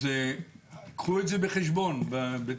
אז קחו את זה בחשבון בתכנון.